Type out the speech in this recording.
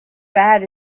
sad